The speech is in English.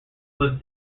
was